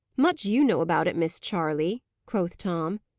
much you know about it, miss charley! quoth tom.